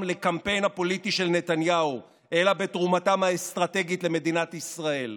לקמפיין הפוליטי של נתניהו אלא בתרומתם האסטרטגית למדינת ישראל.